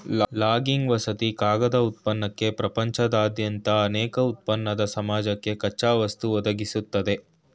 logging ವಸತಿ ಕಾಗದ ಉತ್ಪನ್ನಕ್ಕೆ ಪ್ರಪಂಚದಾದ್ಯಂತ ಅನೇಕ ಉತ್ಪನ್ನದ್ ಸಮಾಜಕ್ಕೆ ಕಚ್ಚಾವಸ್ತು ಒದಗಿಸ್ತದೆ